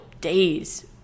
days